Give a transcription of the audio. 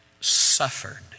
suffered